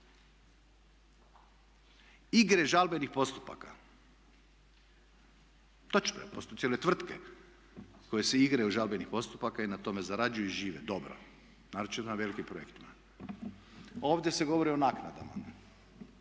Igre žalbenih postupaka. Točno je, po postoje cijele tvrtke koje se igraju žalbenih postupaka i na tome zarađuju i žive, dobro, naročito na velikim projektima. Ovdje se govori o naknadama.